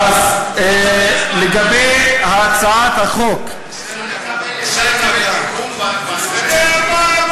לגבי הצעת החוק, ספר לנו מה אמרת.